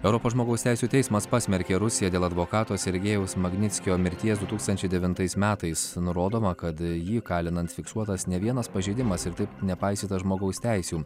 europos žmogaus teisių teismas pasmerkė rusiją dėl advokato sergejaus magnickio mirties du tūkstančiai devintais metais nurodoma kad jį įkalinant fiksuotas ne vienas pažeidimas ir taip nepaisyta žmogaus teisių